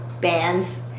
bands